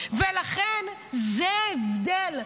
לכן זה ההבדל.